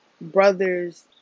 brother's